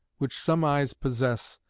which some eyes possess,